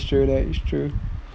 that is true that is true